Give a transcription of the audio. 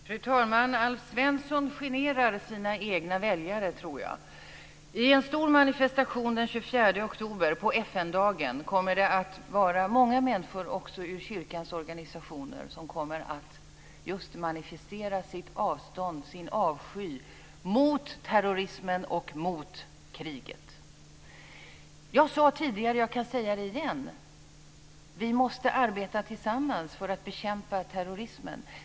Fru talman! Alf Svensson generar sina egna väljare, tror jag. I en stor manifestation på FN-dagen den 24 oktober kommer många människor också ur kyrkans organisationer att just manifestera sitt avstånd och sin avsky mot terrorismen och mot kriget. Jag sade tidigare, och jag kan säga det igen, att vi måste arbeta tillsammans för att bekämpa terrorismen.